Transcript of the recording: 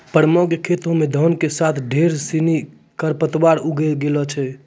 परमा कॅ खेतो मॅ धान के साथॅ ढेर सिनि खर पतवार उगी गेलो छेलै